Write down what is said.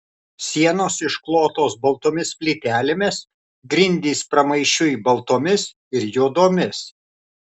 sienos išklotos baltomis plytelėmis grindys pramaišiui baltomis ir juodomis